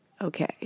okay